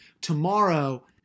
tomorrow